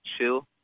chill